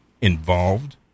involved